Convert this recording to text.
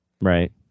right